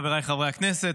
חבריי חברי הכנסת,